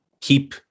keep